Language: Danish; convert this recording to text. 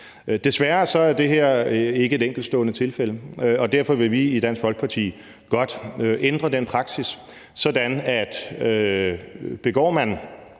Desværre er det her ikke et enkeltstående tilfælde, og derfor vil vi i Dansk Folkeparti godt ændre den praksis, sådan at begår